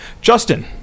justin